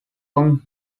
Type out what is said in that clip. kong